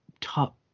top